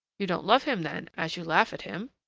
you don't love him then, as you laugh at him?